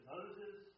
Moses